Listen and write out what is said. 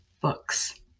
books